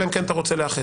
אלא אם כן אתה רוצה לאחד,